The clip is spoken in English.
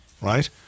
right